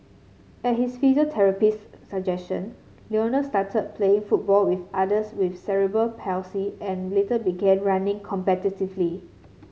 at his physiotherapist suggestion Lionel started play football with others with cerebral palsy and later began running competitively